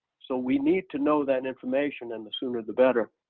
so we need to know that information and the sooner the better.